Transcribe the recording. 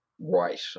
right